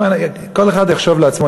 כל אחד יחשוב לעצמו,